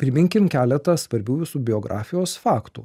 priminkim keletą svarbių jūsų biografijos faktų